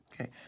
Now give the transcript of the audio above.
Okay